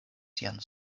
sian